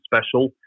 special